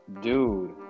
dude